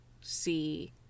see